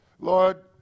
Lord